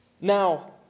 Now